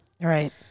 Right